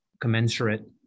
commensurate